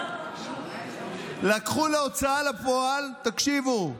לקחו להוצאה לפועל, תקשיבו,